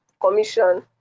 commission